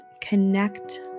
connect